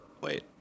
Wait